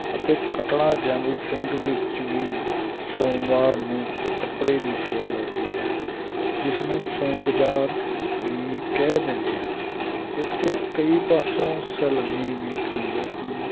ਅਤੇ ਕਟੜਾ ਜੈਮਲ ਸਿੰਘ ਵਿੱਚ ਵੀ ਸੋਮਵਾਰ ਨੂੰ ਕੱਪੜੇ ਦੀ ਸੇਲ ਲੱਗਦੀ ਹੈ ਜਿਸ ਨੂੰ ਸੋਮ ਬਾਜ਼ਾਰ ਵੀ ਕਹਿ ਦਿੰਦੇ ਹਾਂ ਇੱਥੇ ਕਈ ਪਾਸੋਂ ਸੈਲਾਨੀ ਵੀ ਆਉਂਦੇ ਹਨ